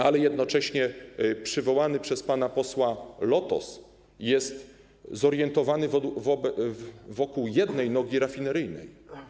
Ale jednocześnie przywołany przez pana posła Lotos jest zorientowany wokół jednej nogi, rafineryjnej.